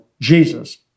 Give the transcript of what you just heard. Jesus